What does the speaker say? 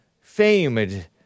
famed